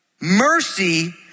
Mercy